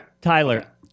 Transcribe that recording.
Tyler